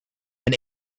een